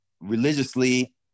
religiously